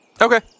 Okay